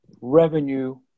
revenue